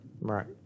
Right